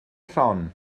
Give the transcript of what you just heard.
llon